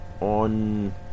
On